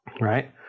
Right